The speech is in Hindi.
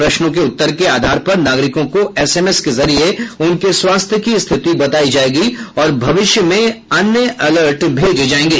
प्रश्नों के उत्तर के आधार पर नागरिकों को एसएमएस के जरिए उनके स्वास्थ्य की स्थिति बताई जाएगी और भविष्य में अन्य अलर्ट भेजे जाएंगे